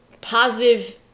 positive